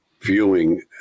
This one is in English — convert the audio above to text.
viewing